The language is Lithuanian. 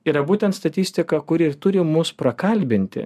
yra būtent statistika kuri ir turi mus prakalbinti